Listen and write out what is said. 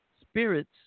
spirits